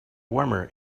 warmer